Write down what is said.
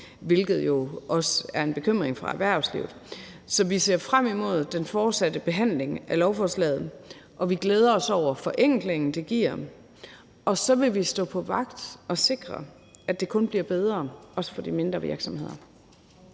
hvilket jo også er en bekymring for erhvervslivet. Så vi ser frem imod den fortsatte behandling af lovforslaget, og vi glæder os over forenklingen, det giver, og så vil vi stå vagt og sikre, at det kun bliver bedre, også for de mindre virksomheder.